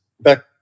back